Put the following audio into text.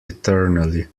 eternally